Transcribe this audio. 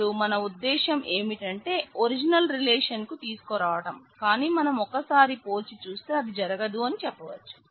ఇపుడు మన ఉద్దేశ్యం ఏమిటంటే ఒరిజినల్ రిలేషన్ కు తీసుకురావటం కాని మనం ఒక సారి పోల్చి చూస్తే అది జరగదు అని చెప్పవచ్చు